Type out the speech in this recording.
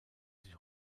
sich